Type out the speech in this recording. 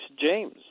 James